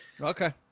Okay